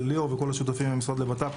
לליאור ולכל השותפים במשרד לבט"פ,